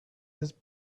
his